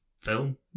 film